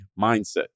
mindset